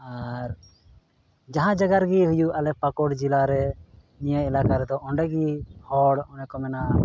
ᱟᱨ ᱡᱟᱦᱟᱸ ᱡᱟᱭᱜᱟ ᱨᱮᱜᱮ ᱦᱩᱭᱩᱜ ᱟᱞᱮ ᱯᱟᱠᱩᱲ ᱡᱮᱞᱟᱨᱮ ᱱᱤᱭᱟᱹ ᱮᱞᱟᱠᱟ ᱨᱮᱫᱚ ᱚᱸᱰᱮᱜᱮ ᱦᱚᱲ ᱚᱱᱮ ᱠᱚ ᱢᱮᱱᱟ